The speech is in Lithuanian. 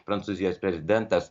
prancūzijos prezidentas